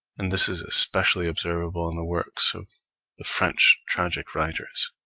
and this is ah specially observable in the works of the french tragic writers,